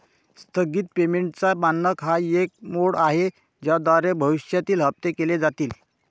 स्थगित पेमेंटचा मानक हा एक मोड आहे ज्याद्वारे भविष्यातील हप्ते केले जातील